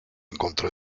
encontró